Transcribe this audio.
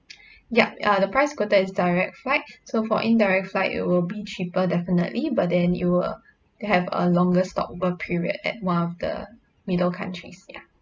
yup uh the price quoted is direct flight so for indirect flight it will be cheaper definitely but then it will have a longer stop over period at one of the middle countries ya